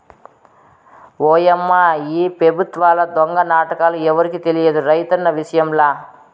ఓయమ్మా ఈ పెబుత్వాల దొంగ నాటకాలు ఎవరికి తెలియదు రైతన్న విషయంల